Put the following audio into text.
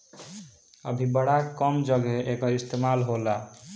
अभी बड़ा कम जघे एकर इस्तेमाल होला